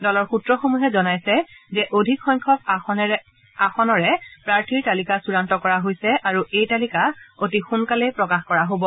দলৰ স্ৰসমূহে জনাইছে যে অধিকসংখ্যক আসনৰে প্ৰাৰ্থীৰ তালিকা চড়ান্ত কৰা হৈছে আৰু এই তালিকা অতি সোণকালেই প্ৰকাশ কৰা হ'ব